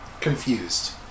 confused